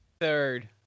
Third